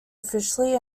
officially